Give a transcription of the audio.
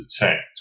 detect